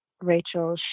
Rachel